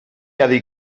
hadi